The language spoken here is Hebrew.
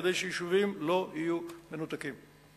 כדי שיישובים לא יהיו מנותקים.